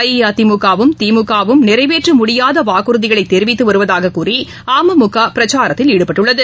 அஇஅதிமுகவும் திமுகவும் நிறைவேற்றமுடியாதவாக்குறதிகளைதெரிவித்துக் வருவதாககூறிஅமமுகபிரச்சாரத்தில் ஈடுபட்டுள்ளது